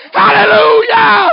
hallelujah